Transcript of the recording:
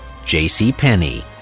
JCPenney